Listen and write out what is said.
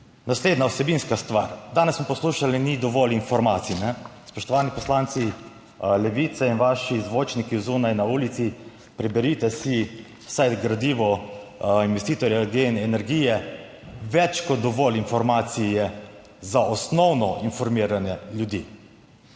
Naslednja vsebinska stvar. Danes smo poslušali: ni dovolj informacij. Spoštovani poslanci Levice in vaši zvočniki zunaj na ulici, preberite si vsaj gradivo investitorja GEN energije. Več kot dovolj informacij je za osnovno informiranje ljudi.